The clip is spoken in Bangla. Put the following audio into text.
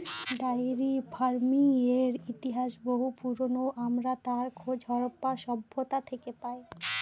ডায়েরি ফার্মিংয়ের ইতিহাস বহু পুরোনো, আমরা তার খোঁজ হরপ্পা সভ্যতা থেকে পাই